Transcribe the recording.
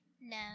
No